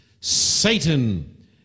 Satan